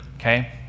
okay